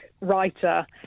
writer